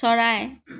চৰাই